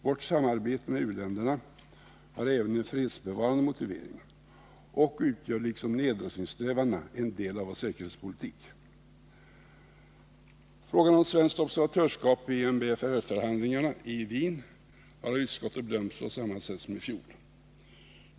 Vårt samarbete med u-länderna har även en fredsbevarande motivering och utgör liksom nedrustningssträvandena en del av vår säkerhetspolitik. Frågan om svenskt observatörskap i MBFR-förhandlingarna i Wien har av utskottet bedömts på samma sätt som i fjol.